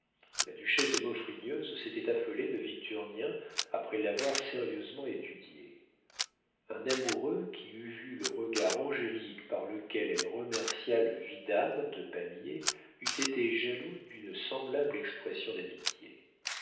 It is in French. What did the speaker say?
la duchesse de maufrigneuse s'était affolée de victurnien après l'avoir sérieusement étudié un amoureux qui eût vu le regard angélique par lequel elle remercia le vidame de pamiers eût été jaloux d'une semblable expression d'amitié